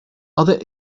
other